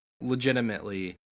legitimately